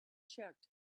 checked